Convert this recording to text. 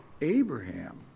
Abraham